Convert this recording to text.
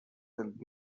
might